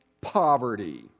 poverty